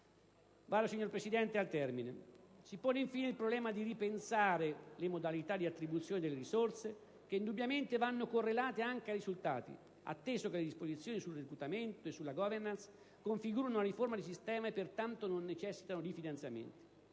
di chi assume. Si pone infine il problema di ripensare le modalità di attribuzione delle risorse, che indubbiamente vanno correlate anche ai risultati, atteso che le disposizioni sul reclutamento e sulla *governance* configurano una riforma di sistema e, pertanto, non necessitano di finanziamenti.